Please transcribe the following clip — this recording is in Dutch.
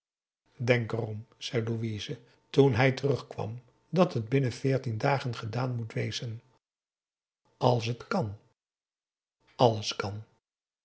er om zei louise toen hij terugkwam dat het binnen veertien dagen gedaan moet wezen als het kan alles kan